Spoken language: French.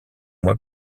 mois